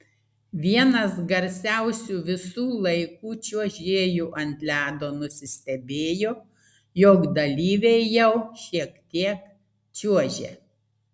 vienas garsiausių visų laikų čiuožėjų ant ledo nusistebėjo jog dalyviai jau šiek tiek čiuožia